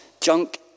Junk